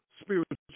spiritual